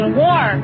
war